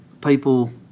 people